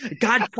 God